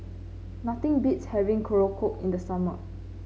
nothing beats having Korokke in the summer